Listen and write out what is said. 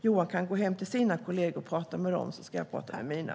Johan kan gå hem till sina kolleger och prata med dem, och jag ska prata med mina.